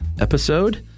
episode